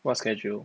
what schedule